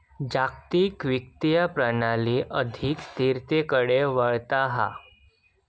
जागतिक वित्तीय प्रणाली अधिक स्थिरतेकडे वळता हा